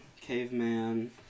Caveman